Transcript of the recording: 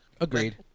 Agreed